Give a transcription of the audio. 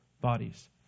bodies